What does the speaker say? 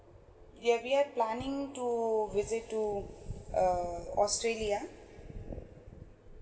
yea we're planning to visit to uh australia